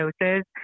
doses